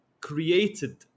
created